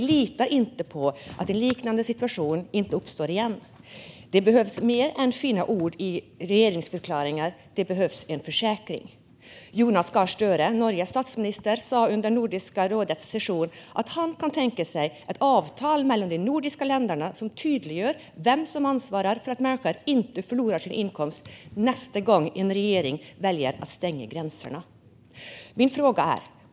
De litar inte på att en liknande situation inte uppstår igen. Det behövs mer än fina ord i regeringsförklaringar. Det behövs en försäkring. Norges statsminister Jonas Gahr Støre sa under Nordiska rådets session att han kan tänka sig ett avtal mellan de nordiska länderna som tydliggör vem som ansvarar för att människor inte förlorar sin inkomst nästa gång en regering väljer att stänga gränserna.